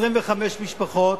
25 משפחות,